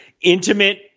intimate